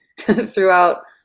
throughout